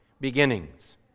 beginnings